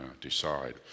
decide